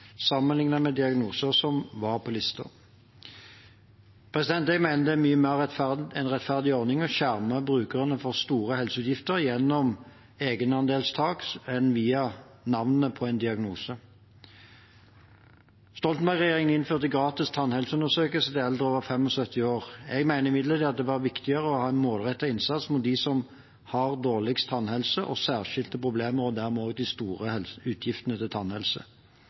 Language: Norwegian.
med diagnoser som var på listen. Jeg mener det er en mye mer rettferdig ordning å skjerme brukerne for store helseutgifter gjennom egenandelstak enn via navnet på en diagnose. Stoltenberg-regjeringen innførte gratis tannhelseundersøkelse for eldre over 75 år. Jeg mener imidlertid det var viktigere å ha en målrettet innsats mot dem som har dårligst tannhelse og særskilte problemer, og dermed også de store utgiftene til tannhelse.